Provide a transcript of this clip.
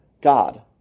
God